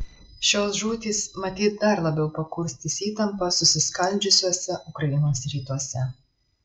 šios žūtys matyt dar labiau pakurstys įtampą susiskaldžiusiuose ukrainos rytuose